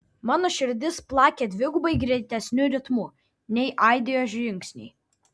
mano širdis plakė dvigubai greitesniu ritmu nei aidėjo žingsniai